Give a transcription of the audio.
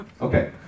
Okay